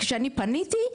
כשאני פניתי,